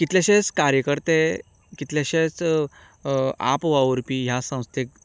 कितलेशेच कार्यकर्ते कितलेशेच आपवावुरपी ह्या संस्थेक